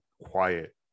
quiet